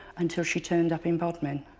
until she turned up in bodmin.